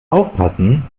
aufpassen